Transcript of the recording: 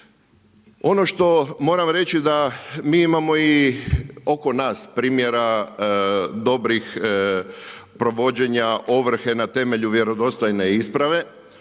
Ono što moram reći da, mi imamo i oko nas primjera dobrih provođenja ovrhe na temelju vjerodostojne isprave